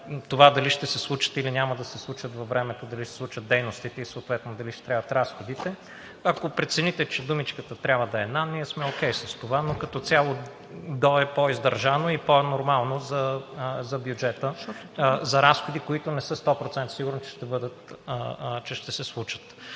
това дали ще се случат, или няма да се случат във времето, дали ще се случат дейностите и съответно дали ще трябват разходите. Ако прецените, че думичката трябва да е „на“, ние сме окей с това, но като цяло „до“ е по-издържано и е по-нормално за бюджета, за разходи, които не са 100% сигурни, че ще се случат.